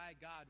God